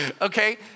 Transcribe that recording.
Okay